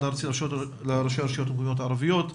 הארצי של המועצות המקומיות הערביות.